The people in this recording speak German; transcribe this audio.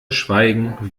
schweigen